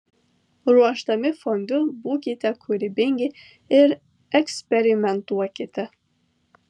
ruošdami fondiu būkite kūrybingi ir eksperimentuokite